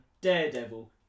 Daredevil